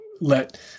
let